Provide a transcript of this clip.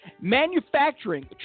manufacturing